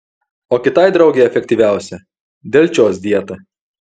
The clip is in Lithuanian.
o kitai draugei efektyviausia delčios dieta